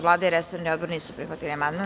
Vlada i resorni odbor nisu prihvatili amandman.